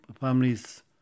Families